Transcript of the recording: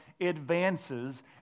advances